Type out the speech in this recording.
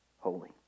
Holy